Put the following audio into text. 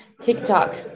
TikTok